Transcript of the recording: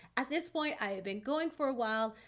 at this point i had been going for a while,